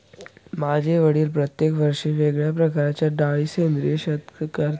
माझे वडील प्रत्येक वर्षी वेगळ्या प्रकारच्या डाळी सेंद्रिय शेती करतात